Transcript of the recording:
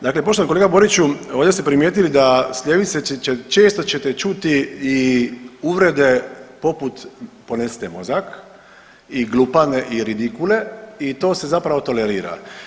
Dakle, poštovani kolega Boriću ovdje ste primijetili da s ljevice često ćete čuti i uvrede poput ponesite mozak i glupane i ridikule i to se zapravo tolerira.